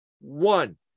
one